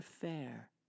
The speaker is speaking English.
fair